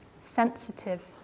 sensitive